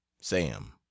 Sam